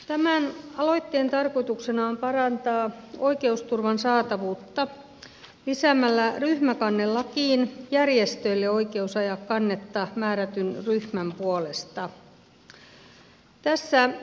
tämän aloitteen tarkoituksena on parantaa oikeusturvan saatavuutta lisäämällä ryhmäkannelakiin järjestöille oikeus ajaa kannetta määrätyn ryhmän puolesta